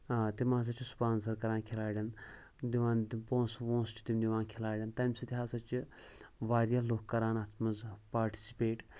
آ تِم ہَسا چھِ سُپانسَر کَران کھِلاڑٮ۪ن دِوان تِم پونٛسہٕ وونٛسہٕ چھِ تِم دِوان کھِلاڑٮ۪ن تٔمۍ سۭتۍ ہَسا چھِ واریاہ لُکھ کَران اَتھ منٛز پاٹِسِپیٹ